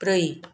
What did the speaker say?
ब्रै